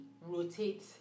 rotate